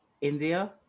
India